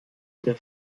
der